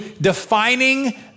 defining